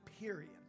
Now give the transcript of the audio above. Period